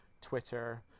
Twitter